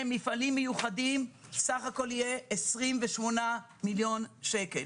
למפעלים מיוחדים סך הכול יהיה 28 מיליון שקל,